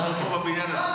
אנחנו פה בבניין הזה.